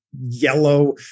yellow